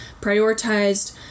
prioritized